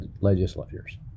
legislators